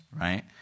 right